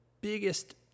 biggest